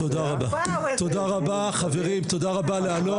תודה רבה לאלון.